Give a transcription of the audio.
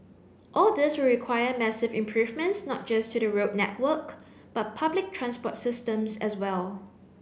all this will require massive improvements not just to the road network but public transport systems as well